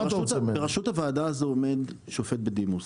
בראשות הוועדה הזאת עומד שופט בדימוס.